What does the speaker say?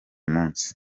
munsi